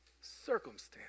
circumstance